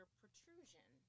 protrusion